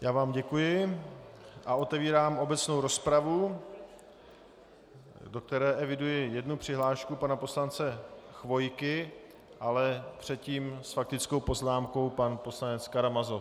Já vám děkuji a otevírám obecnou rozpravu, do které eviduji jednu přihlášku pana poslance Chvojky, ale předtím s faktickou poznámkou pan poslanec Karamazov.